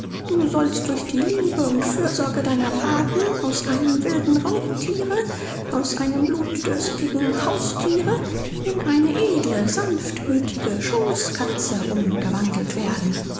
du sollst durch die liebe und fürsorge deiner pathen aus einem wilden raubthiere aus einem blutdürstigen hausthiere in eine edle sanftmüthige schooßkatze umgewandelt werden